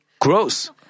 gross